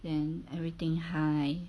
then everything high